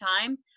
time